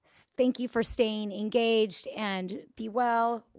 thank you for staying engaged and be well.